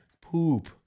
Poop